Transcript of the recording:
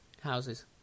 houses